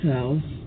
House